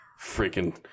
Freaking